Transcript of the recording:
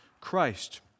Christ